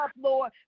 Lord